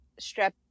strep